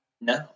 No